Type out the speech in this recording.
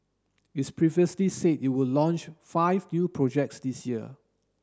it's previously said it would launch five new projects this year